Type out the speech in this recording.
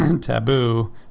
taboo